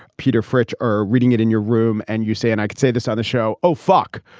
peter fritsche, are reading it in your room and you say and i can say this on the show. oh, fuck.